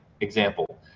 example